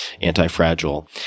Anti-Fragile